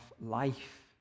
life